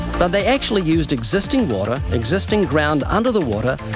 but they actually used existing water, existing ground under the water,